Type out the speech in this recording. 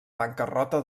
bancarrota